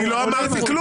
אבל אני לא אמרתי כלום.